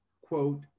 quote